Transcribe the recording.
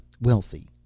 wealthy